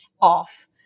Off